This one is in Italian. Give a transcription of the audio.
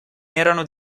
erano